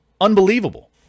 unbelievable